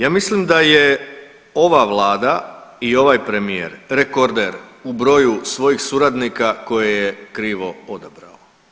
Ja mislim da je ova Vlada i ovaj premijer rekorder u broju svojih suradnika koje je krivo odabrao.